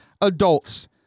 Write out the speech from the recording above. adults